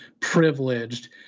privileged